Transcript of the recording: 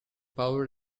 power